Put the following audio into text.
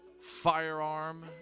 firearm